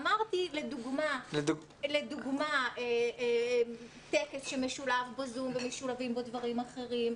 אמרתי לדוגמה טקס שמשולב ב-זום משולבים בו דברים אחרים.